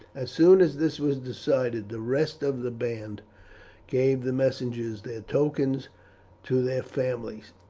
as soon as this was decided the rest of the band gave the messengers their tokens to their families,